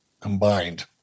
combined